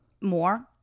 more